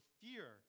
fear